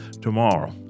tomorrow